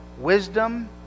wisdom